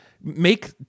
make